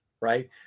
right